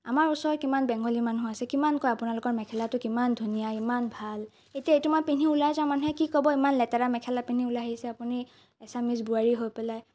আমাৰ ওচৰৰ কিমান বেংগলী মানুহ আছে কিমান কয় আপোনালোকৰ মেখেলাটো কিমান ধুনীয়া ইমান ভাল এতিয়া এইটো মই পিন্ধি ওলাই যাওঁ মানুহে কি ক'ব ইমান লেতেৰা মেখেলা পিন্ধি ওলাই আহিছে আপুনি আচামিজ বোৱাৰী হৈ পেলাই